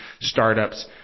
startups